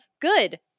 good